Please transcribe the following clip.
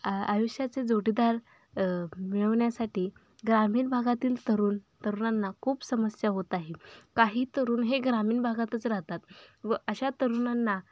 आ आयुष्याचे जोडीदार मिळवण्यासाठी ग्रामीण भागातील तरुण तरुणांना खूप समस्या होत आहेत काही तरुण हे ग्रामीण भागातच राहतात व अशा तरुणांना